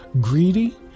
greedy